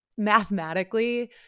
Mathematically